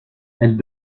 elles